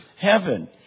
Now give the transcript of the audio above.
heaven